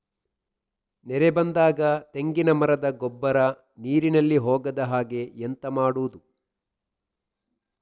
ನೆರೆ ಬಂದಾಗ ತೆಂಗಿನ ಮರದ ಗೊಬ್ಬರ ನೀರಿನಲ್ಲಿ ಹೋಗದ ಹಾಗೆ ಎಂತ ಮಾಡೋದು?